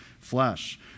flesh